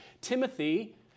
Timothy